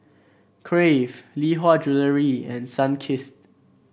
Crave Lee Hwa Jewellery and Sunkist